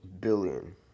billion